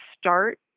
start